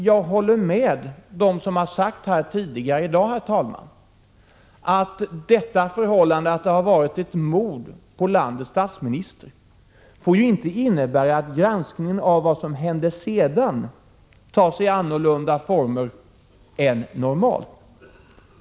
Jag håller med dem som har sagt här tidigare i dag, att det förhållandet att landets statsminister blivit mördad inte får innebära att granskningen av vad som sedan hände tar sig annorlunda former än normalt.